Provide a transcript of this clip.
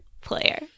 player